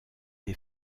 des